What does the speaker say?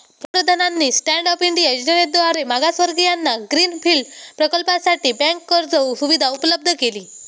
पंतप्रधानांनी stand up India योजनेद्वारे मागासवर्गीयांना ग्रीन फील्ड प्रकल्पासाठी बँक कर्ज सुविधा उपलब्ध केली